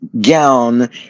gown